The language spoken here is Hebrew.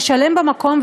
לשלם במקום,